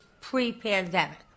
pre-pandemic